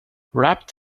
wrapped